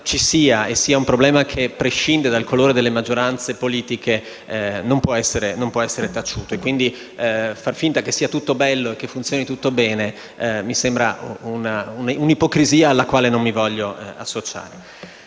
ci sia e che prescinda dal colore delle maggioranze politiche non può essere taciuto. Far finta che sia tutto bello e che funzioni tutto bene mi sembra un'ipocrisia alla quale non mi voglio associare.